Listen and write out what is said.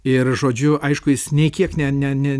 ir žodžiu aišku jis nei kiek ne ne ne